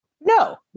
no